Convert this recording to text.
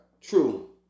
True